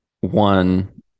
One